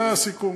זה היה הסיכום.